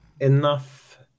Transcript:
enough